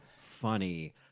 funny